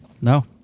No